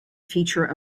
feature